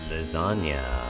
Lasagna